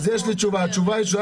יש לי תשובה: הוא היה